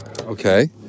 Okay